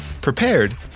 prepared